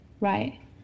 Right